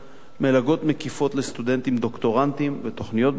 מלגות מקיפות לסטודנטים דוקטורנטים ותוכניות בתחום,